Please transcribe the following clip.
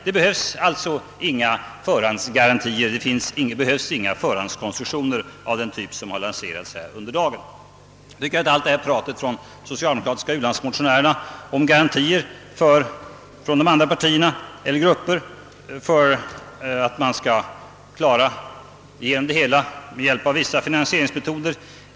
Det behövs alltså inga förhandsgarantier och förhandskonstruktioner av den typ som lanserats här under debatten. Likadant är det med pratet från de socialdemokratiska u-landsmotionärerna om garantier från andra partier eller grupper för att man skall klara finansieringen med hjälp av vissa metoder.